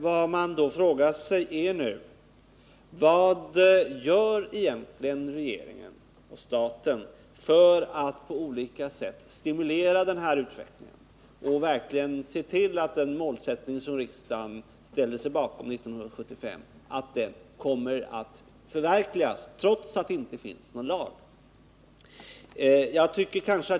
Vad man därför frågar sig är: Vad gör egentligen regeringen för att på olika sätt stimulera utvecklingen och se till att den målsättning som riksdagen ställde sig bakom 1975 kommer att förverkligas trots att det inte finns någon lag?